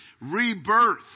rebirth